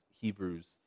Hebrews